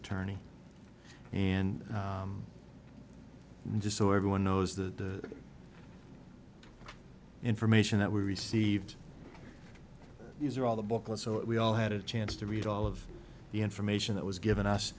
attorney and just so everyone knows the information that we received these are all the booklet so we all had a chance to read all of the information that was given us